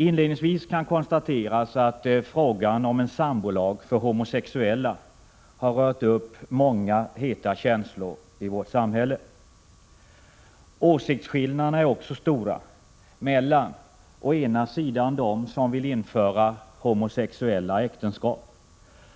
Inledningsvis kan konstateras att frågan om en sambolag för homosexuella har rört om många heta känslor i samhället. Åsiktsskillnaderna är stora mellan å ena sidan dem som vill införa homosexuella äktenskap